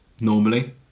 normally